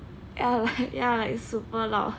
ya it's super loud